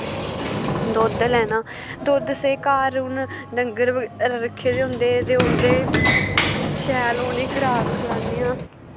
दुद्ध लैना दुद्ध असें घर हून डंगर रक्खे दे होंदे ते उं'दे शैल उ'नें खराक खलान्ने आं